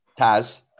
Taz